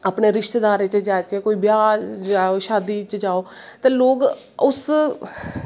अपनें रिश्तेदारें च जाच्चे ब्याह् च जाओ शादी च जाओ ते लोग उस